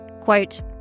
Quote